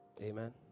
Amen